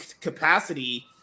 capacity –